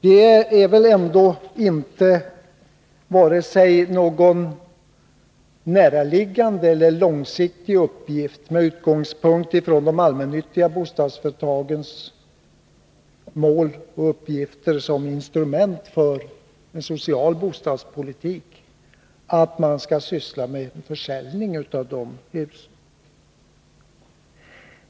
Det är väl ändå inte vare sig någon näraliggande eller långsiktig uppgift med utgångspunkt i de allmännyttiga bostadsföretagens mål och uppgifter som instrument för en social bostadspolitik att syssla med försäljning av sina hus?